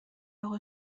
اقا